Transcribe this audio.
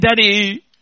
daddy